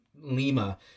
Lima